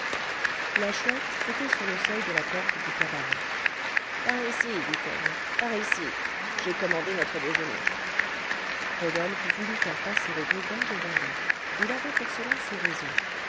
la chouette était sur le seuil de la porte du cabaret par ici dit-elle par ici j'ai commandé notre déjeuner rodolphe voulut faire passer le brigand devant lui il avait pour cela ses raisons